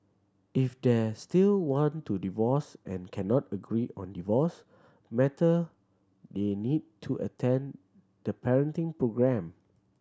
if they still want to divorce and cannot agree on divorce matter they need to attend the parenting programme